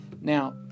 Now